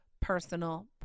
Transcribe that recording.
personal